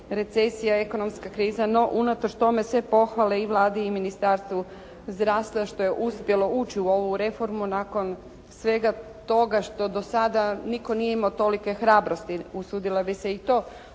recesija, ekonomska kriza no unatoč tome sve pohvale i Vladi i Ministarstvu zdravstva što je uspjelo ući u ovu reformu nakon svega toga što do sada nitko nije imao tolike hrabrosti, usudila bih se i to